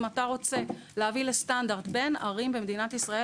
כשאתה רוצה להביא לסטנדרט בין ערים במדינת ישראל